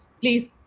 please